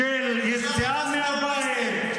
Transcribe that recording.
-- של יציאה מהבית,